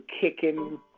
kicking